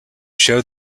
show